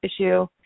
issue